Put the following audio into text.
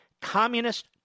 communist